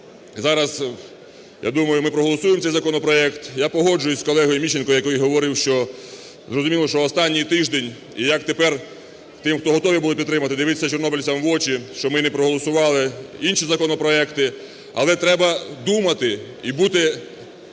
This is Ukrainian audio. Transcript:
зараз, я думаю, ми проголосуємо цей законопроект. Я погоджуюсь з колегою Міщенком, який говорив, що, зрозуміло, що останній тиждень, і як тепер тим, хто готові були підтримати, дивитись чорнобильцям в очі, що ми не проголосували інші законопроекти. Але треба думати і бути